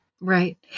Right